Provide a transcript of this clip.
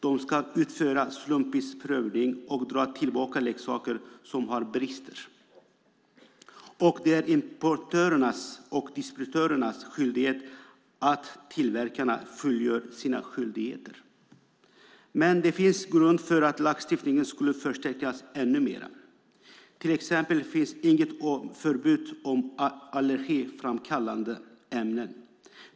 De ska utföra slumpvis provning och dra tillbaka leksaker som har brister. Det är importörernas och distributörernas skyldighet att se till att tillverkarna fullgjort sina skyldigheter. Men det finns grund för att lagstiftningen skulle kunna förstärkas ännu mer. Till exempel finns det inget förbud mot allergiframkallande ämnen.